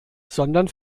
sondern